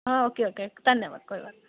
हां okay okay धन्नवाद